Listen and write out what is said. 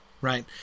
Right